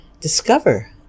discover